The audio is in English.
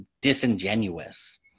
disingenuous